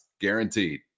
guaranteed